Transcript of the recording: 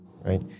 right